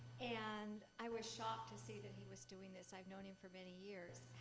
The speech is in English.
and i was shocked to see that he was doing this. i've known him for many years.